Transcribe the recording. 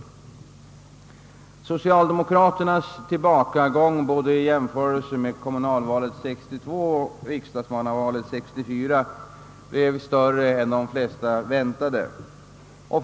Socialdemokraternas tillbakagång både i jämförelse med kommunalvalet 1962 och riksdagsmannavalet 1964 blev större än de flesta hade väntat.